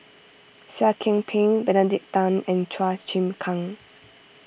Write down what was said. Seah Kian Peng Benedict Tan and Chua Chim Kang